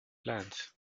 plans